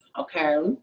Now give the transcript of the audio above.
Okay